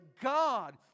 God